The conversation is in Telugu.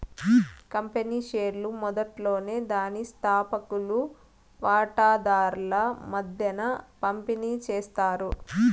కంపెనీ షేర్లు మొదట్లోనే దాని స్తాపకులు వాటాదార్ల మద్దేన పంపిణీ చేస్తారు